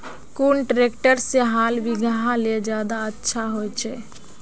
कुन ट्रैक्टर से हाल बिगहा ले ज्यादा अच्छा होचए?